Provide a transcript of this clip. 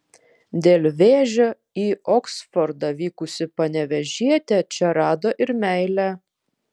dėl vėžio į oksfordą vykusi panevėžietė čia rado ir meilę